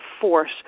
force